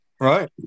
right